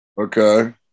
okay